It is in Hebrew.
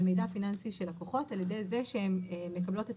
מידע פיננסי של לקוחות על ידי זה שהן מקבלות את